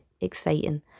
exciting